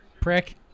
prick